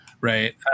Right